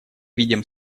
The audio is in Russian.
видим